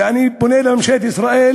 ואני פונה לממשלת ישראל,